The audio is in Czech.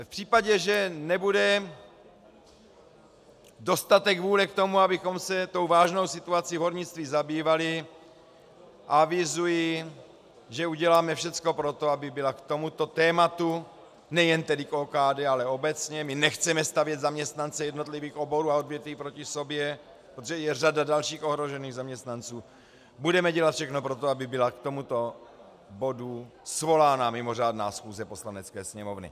V případě, že nebude dostatek vůle k tomu, abychom se tou vážnou situací v hornictví zabývali, avizuji, že uděláme všechno pro to, aby byla k tomuto tématu, nejen k OKD, ale obecně my nechceme stavět zaměstnance jednotlivých oborů a odvětví proti sobě, protože je řada dalších ohrožených zaměstnanců budeme dělat všechno pro to, aby byla k tomuto bodu svolána mimořádná schůze Poslanecké sněmovny.